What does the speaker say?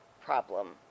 problem